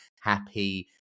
happy